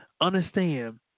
Understand